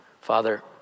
father